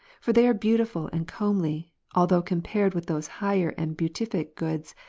for they are beautiful and comely although compared with those higher and beatific goods,